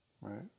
Right